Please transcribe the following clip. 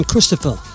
Christopher